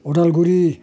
Udalguri